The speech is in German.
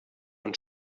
und